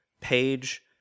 page